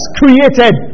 created